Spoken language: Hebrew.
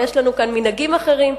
ויש לנו כאן מנהגים אחרים.